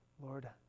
Lord